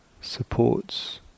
supports